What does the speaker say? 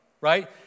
right